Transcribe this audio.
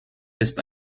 ist